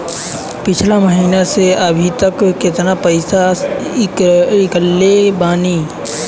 पिछला महीना से अभीतक केतना पैसा ईकलले बानी?